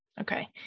Okay